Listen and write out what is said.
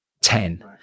ten